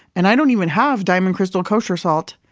and i don't even have diamond crystal kosher salt,